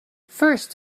first